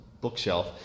bookshelf